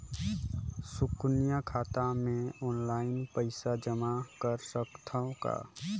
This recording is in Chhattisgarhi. सुकन्या खाता मे ऑनलाइन पईसा जमा कर सकथव का?